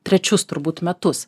trečius turbūt metus